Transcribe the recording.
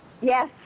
Yes